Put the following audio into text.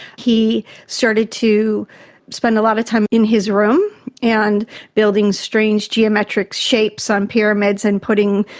he started to spend a lot of time in his room and building strange geometric shapes on pyramids and putting,